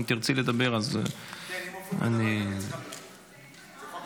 אם תרצי לדבר, אז אני --- זה הכלל